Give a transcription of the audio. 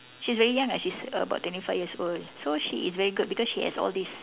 she's very young uh she's about twenty five years old so she is very good because she has all these